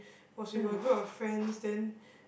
was with her group of friends then